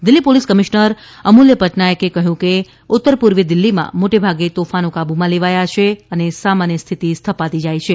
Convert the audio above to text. Delhi police commissioner Amulya પટનાયકે કહ્યું કે ઉત્તર પૂર્વી દિલ્હીમાં મોટેભાગે તોફાનો કાબ્રમાં લેવાયા છે અને સામાન્ય સ્થિતિ સ્થપાતી જાય છે